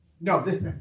No